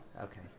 Okay